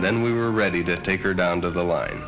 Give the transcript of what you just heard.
and then we were ready to take her down to the line